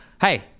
Hey